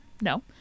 No